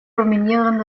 dominieren